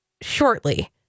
shortly